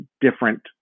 different